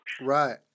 right